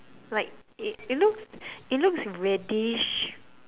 like it it looks it looks reddish